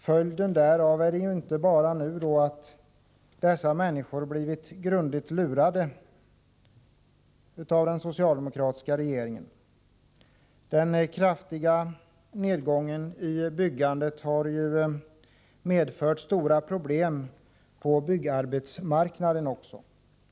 Följden därav är inte bara att dessa människor blivit grundligt lurade av den socialdemokratiska regeringen. Den kraftiga nedgången i byggandet har medfört stora problem på byggarbetsmarknaden.